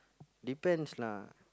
depends lah